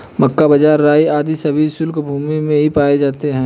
मक्का, बाजरा, राई आदि सभी शुष्क भूमी में ही पाए जाते हैं